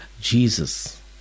Jesus